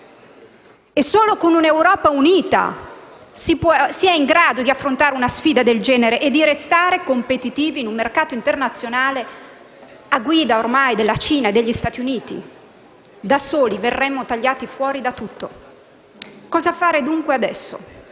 E solo con un'Europa unita si è in grado di affrontare una sfida del genere e di restare competitivi nel mercato internazionale a guida, ormai, di Cina e Stati Uniti. Da soli verremmo tagliati fuori da tutto. Cosa fare dunque adesso?